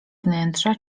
wnętrza